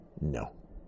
No